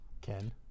Ken